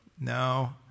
no